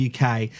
UK